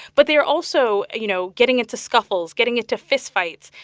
but they are also, you know, getting into scuffles, getting into fistfights.